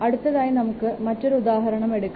അടുത്തതായി നമുക്ക് മറ്റൊരു ഉദാഹരണം എടുക്കാം